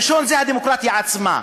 הראשון הוא הדמוקרטיה עצמה.